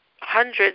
hundreds